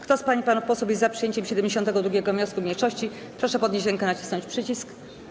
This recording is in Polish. Kto z pań i panów posłów jest za przyjęciem 72. wniosku mniejszości, proszę podnieść rękę i nacisnąć przycisk.